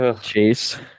Chase